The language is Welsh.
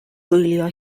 gwylio